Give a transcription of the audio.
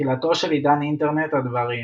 תחילתו של עידן אינטרנט הדברים,